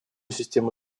систему